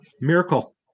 Miracle